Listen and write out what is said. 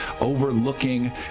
overlooking